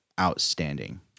outstanding